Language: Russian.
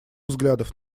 взглядов